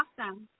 awesome